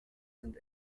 sind